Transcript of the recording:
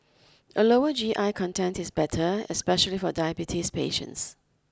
a lower G I content is better especially for diabetes patients